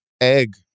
Egg